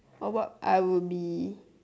w~ what I would be